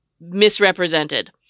misrepresented